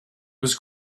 was